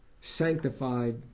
sanctified